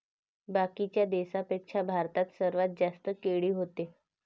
बाकीच्या देशाइंपेक्षा भारतात सर्वात जास्त केळी व्हते